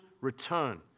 return